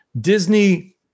Disney